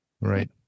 right